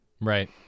Right